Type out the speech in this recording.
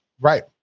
Right